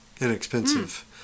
inexpensive